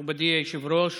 מכובדי היושב-ראש,